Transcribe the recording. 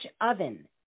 oven